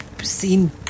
seen